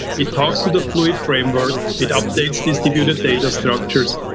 it talks to the fluid framework, it updates distributed data structures.